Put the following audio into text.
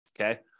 okay